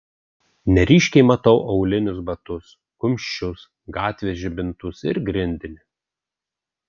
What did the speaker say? neryškiai matau aulinius batus kumščius gatvės žibintus ir grindinį